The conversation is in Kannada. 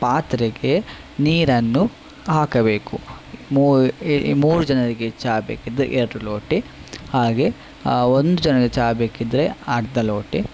ಪಾತ್ರೆಗೆ ನೀರನ್ನು ಹಾಕಬೇಕು ಮೂರು ಮೂರು ಜನರಿಗೆ ಚಹಾ ಬೇಕಿದ್ದರೆ ಎರಡು ಲೋಟ ಹಾಗೆ ಒಂದು ಜನರಿಗೆ ಚಹಾ ಬೇಕಿದ್ದರೆ ಅರ್ಧ ಲೋಟ